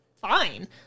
fine